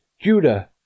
Judah